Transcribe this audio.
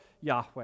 Yahweh